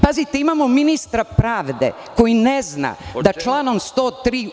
Pazite, imamo ministra pravde koji ne zna da članom 103.